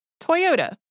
Toyota